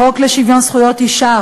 חוק שיווי זכויות האישה,